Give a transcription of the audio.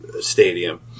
stadium